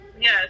Yes